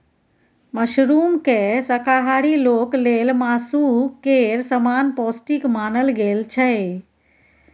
मशरूमकेँ शाकाहारी लोक लेल मासु केर समान पौष्टिक मानल गेल छै